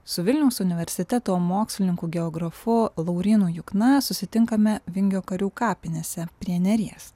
su vilniaus universiteto mokslininku geografu laurynu jukna susitinkame vingio karių kapinėse prie neries